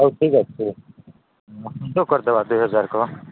ହଉ ଠିକ୍ ଅଛି ଠିକ୍ ଅଛି ରଖନ୍ତୁ କରି ଦେବା ଦୁଇ ହଜାରକୁ